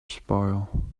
spoil